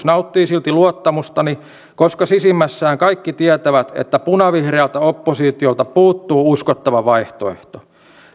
nauttii silti luottamustani koska sisimmässään kaikki tietävät että punavihreältä oppositiolta puuttuu uskottava vaihtoehto